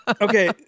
Okay